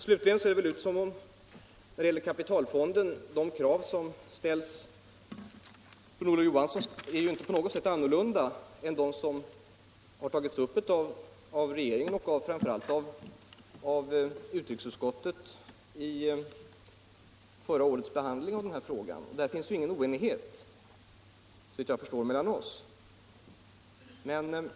Slutligen ser det väl inte ut som om de krav som ställts av herr Olof Johansson när det gäller kapitalfonden på något sätt är annorlunda än de som tagits upp av regeringen och framför allt av utrikesutskottet i förra årets behandling av den här frågan. Där finns, såvitt jag förstår, ingen oenighet mellan oss.